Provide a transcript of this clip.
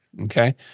Okay